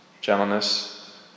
gentleness